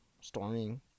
storming